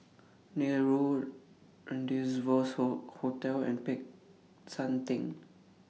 Neil Road Rendezvous Hall Hotel and Peck San Theng